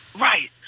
Right